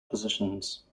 positions